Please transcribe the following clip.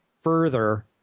further